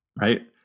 right